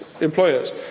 employers